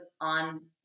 on